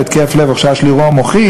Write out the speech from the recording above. לגבי חשש להתקף לב או חשש לאירוע מוחי,